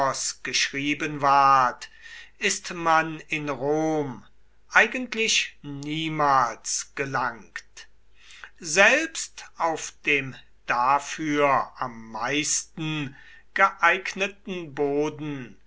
geschrieben ward ist man in rom eigentlich niemals gelangt selbst auf dem dafür am meisten geeigneten boden